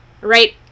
Right